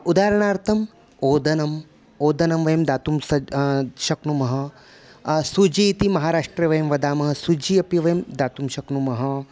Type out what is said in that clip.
उदाहरणार्थम् ओदनम् ओदनं वयं दातुं स शक्नुमः सुजि इति महाराष्ट्रे वयं वदामः सुजि अपि वयं दातुं शक्नुमः